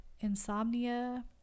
insomnia